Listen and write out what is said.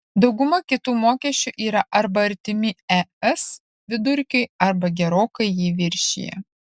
dauguma kitų mokesčių yra arba artimi es vidurkiui arba gerokai jį viršija